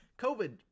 COVID